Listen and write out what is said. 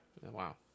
Wow